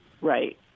Right